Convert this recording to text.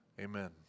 Amen